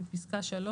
בפסקה (3),